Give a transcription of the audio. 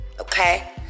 okay